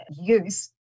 use